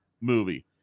movie